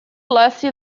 lucy